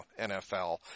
NFL